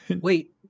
wait